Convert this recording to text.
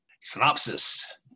Synopsis